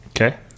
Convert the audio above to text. Okay